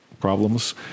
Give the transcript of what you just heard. problems